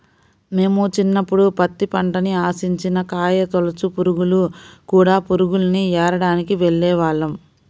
మేము చిన్నప్పుడు పత్తి పంటని ఆశించిన కాయతొలచు పురుగులు, కూడ పురుగుల్ని ఏరడానికి వెళ్ళేవాళ్ళం